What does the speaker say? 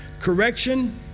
correction